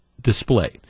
display